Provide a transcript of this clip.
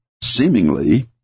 seemingly